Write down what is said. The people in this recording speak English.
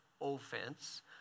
offense